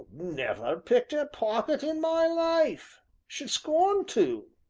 never picked a pocket in my life should scorn to.